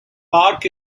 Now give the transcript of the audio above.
park